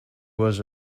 was